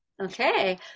Okay